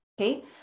Okay